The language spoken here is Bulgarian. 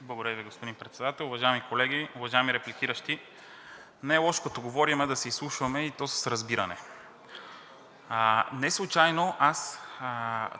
Благодаря Ви, господин Председател. Уважаеми колеги, уважаеми репликиращи! Не е лошо, като говорим, да се изслушваме, и то с разбиране. Неслучайно аз